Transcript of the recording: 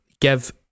give